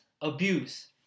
abuse